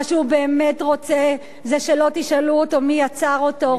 מה שהוא באמת רוצה זה שלא תשאלו אותו מי יצר אותו.